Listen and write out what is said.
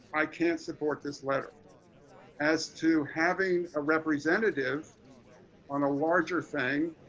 i can't support this letter as to having a representative on a larger thing.